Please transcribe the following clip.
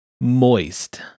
moist